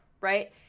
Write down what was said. right